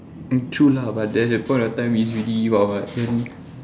mm true lah but then that point of time is already what what then